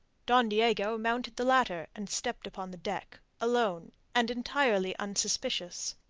don diego mounted the ladder and stepped upon the deck, alone, and entirely unsuspicious.